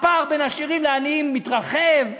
הפער בין עשירים לעניים מתרחב.